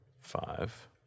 five